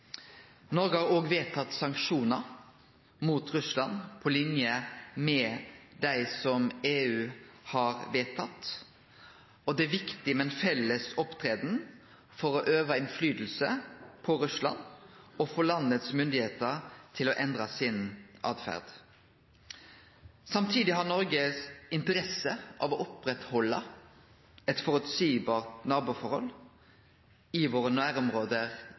har òg vedteke sanksjonar mot Russland på linje med dei som EU har vedteke, og det er viktig å opptre i fellesskap for å øve innverknad på Russland og få myndigheitene i landet til å endre åtferd. Samtidig har Noreg interesse av å halde oppe eit føreseieleg naboforhold i nærområda våre